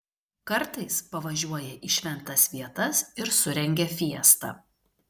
kartais pavažiuoja į šventas vietas ir surengia fiestą